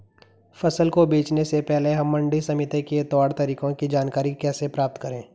फसल को बेचने से पहले हम मंडी समिति के तौर तरीकों की जानकारी कैसे प्राप्त करें?